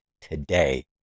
today